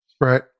Right